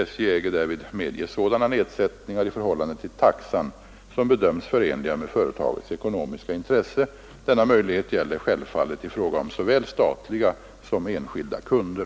SJ äger därvid medge sådana nedsättningar i förhållande till taxan som bedöms förenliga med företagets ekonomiska intresse. Denna möjlighet gäller självfallet i fråga om såväl statliga som enskilda kunder.